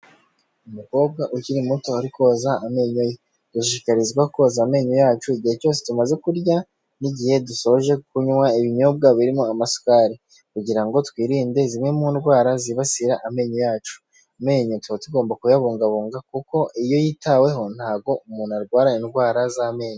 Umukobwa ukiri muto ari koza amenyo ye, dushishikarizwa koza amenyo yacu igihe cyose tumaze kurya n'igihe dusoje kunywa ibinyobwa birimo amasukari, kugira ngo twirinde zimwe mu ndwara zibasira amenyo yacu amenyo tuba tugomba kuyabungabunga kuko iyo yitaweho ntabwo umuntu arwara indwara z'amenyo.